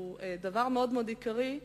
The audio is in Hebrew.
וזה דבר מאוד עיקרי,